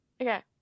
Okay